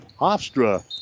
Hofstra